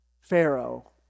pharaoh